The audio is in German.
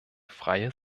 freie